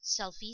selfies